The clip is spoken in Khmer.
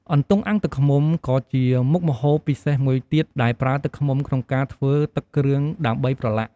អន្ទង់អាំងទឹកឃ្មុំ ក៏ជាមុខម្ហូបពិសេសមួយទៀត ដែលប្រើទឹកឃ្មុំក្នុងការធ្វើទឹកគ្រឿងដើម្បីប្រឡាក់។